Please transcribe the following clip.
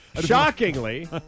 Shockingly